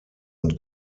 und